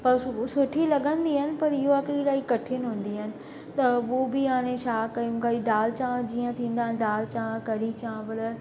पर सु सुठी लॻंदी आहिनि पर इहो आहे की इलाही कठिन हूंदी आहिनि त वो बि हाणे छा कयूं काई दालि चांवर जीअं थींदा आहिनि दालि चांवर कढ़ी चांवर